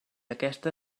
aquesta